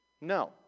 No